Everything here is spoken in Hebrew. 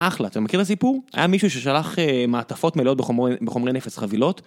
אחלה אתה מכיר הסיפור? היה מישהו ששלח מעטפות מלאות בחומרי נפץ חבילות?